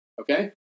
okay